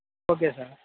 okay sir